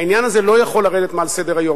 העניין הזה לא יכול לרדת מסדר-היום.